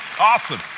Awesome